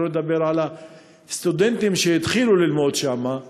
שלא לדבר על הסטודנטים שהתחילו ללמוד שם.